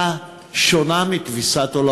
גם אם היא טיפה שונה מתפיסת עולמך.